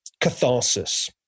catharsis